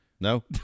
No